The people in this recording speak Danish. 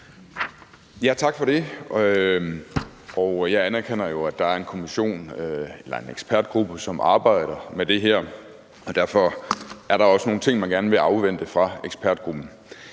Tak for det. Jeg anerkender jo, at der er en ekspertgruppe, der arbejder med det her. Derfor er der også nogle ting, man gerne vil afvente kommer fra ekspertgruppen.